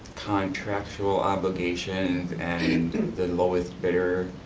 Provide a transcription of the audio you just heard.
contractual obligations, and the lowest bidder.